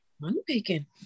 money-making